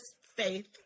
faith